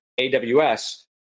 AWS